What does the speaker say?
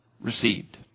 received